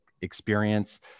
experience